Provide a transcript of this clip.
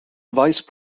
vice